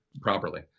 properly